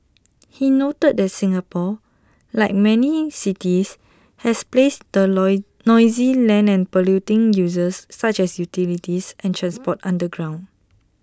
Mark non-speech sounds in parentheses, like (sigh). he noted that Singapore like many cities has placed the noise noisy and polluting uses such as utilities and transport (noise) underground